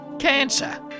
Cancer